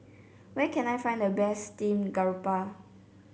where can I find the best Steam Garoupa